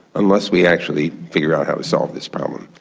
unless we actually figure out how to solve this problem.